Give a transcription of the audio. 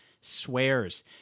swears